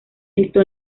esto